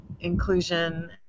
inclusion